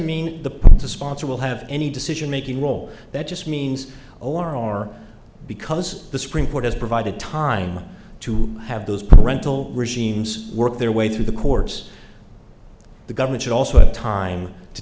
mean the sponsor will have any decision making role that just means or are because the supreme court has provided time to have those parental regimes work their way through the courts the government should also have time to